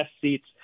seats